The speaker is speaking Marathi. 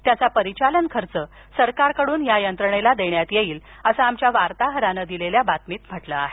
त्याचा परिचालन खर्च सरकारकडून या यंत्रणेला देण्यात येईल असं आमच्या वार्ताहरानं दिलेल्या बातमीत म्हटलं आहे